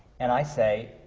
and i say,